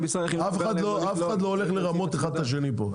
אף אחד לא הולך לרמות אחד את השני פה.